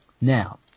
Now